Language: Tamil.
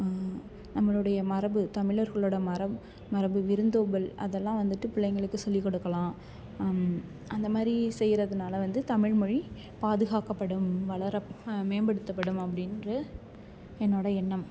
நம்மளுடைய மரபு தமிழர்களோட மரபு மரபு விருந்தோம்பல் அதெல்லாம் வந்துட்டு பிள்ளைங்களுக்கு சொல்லிக் கொடுக்கலாம் அந்தமாதிரி செய்கிறதுனால வந்து தமிழ்மொழி பாதுகாக்கப்படும் வளர மேம்படுத்தப்படும் அப்படி என்று என்னோட எண்ணம்